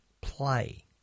Play